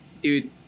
dude